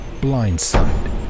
Blindside